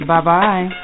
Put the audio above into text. Bye-bye